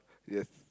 yes